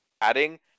Adding